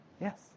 yes